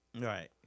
Right